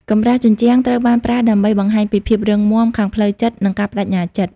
កម្រាស់ជញ្ជាំង ត្រូវបានប្រើដើម្បីបង្ហាញពីភាពរឹងមាំខាងផ្លូវចិត្តនិងការប្តេជ្ញាចិត្ត។